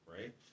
right